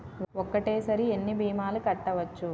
ఒక్కటేసరి ఎన్ని భీమాలు కట్టవచ్చు?